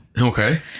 Okay